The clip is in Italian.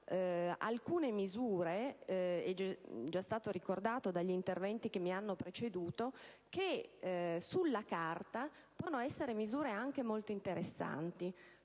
alcune misure (come è già stato ricordato dagli interventi che mi hanno preceduto) che sulla carta potevano essere anche molto interessanti,